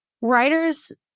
writer's